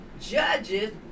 judges